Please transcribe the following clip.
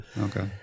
Okay